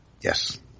Yes